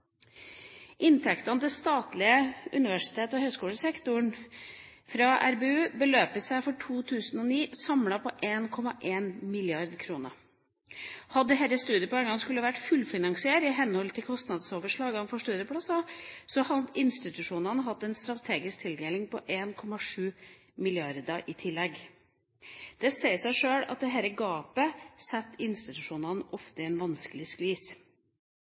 Inntektene til den statlige universitets- og høyskolesektoren fra den resultatbaserte uttellingen, RBU, beløper seg for 2009 samlet til 1,1 mrd. kr. Hadde disse studiepoengene skullet være fullfinansiert i henhold til kostnadsoverslagene for studieplasser, hadde institusjonene hatt en strategisk tildeling på 1,7 mrd. kr i tillegg. Det sier seg sjøl at dette gapet ofte setter institusjonene i en vanskelig skvis.